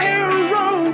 arrow